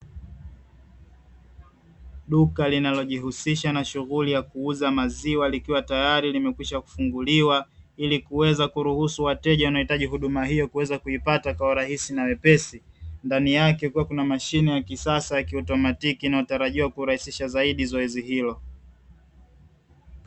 Duka llinalojihusisha na shughuli ya kuuza maziwa likiwa tayari limekwishakufunguliwa ili kuweza kuruhusu wateja wanaohitaji huduma hiyo kuweza kuipata kwa urahisi na uwepesi, ndani yake kukiwa na mashine ya kisasa, ya kiautomatiki inayotarajiwa kurahisisha zaidi zoezi hilo.